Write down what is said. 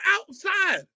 outside